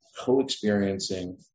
co-experiencing